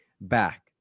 back